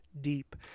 deep